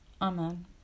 Amen